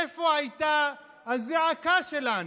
איפה הייתה הזעקה שלנו?